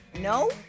No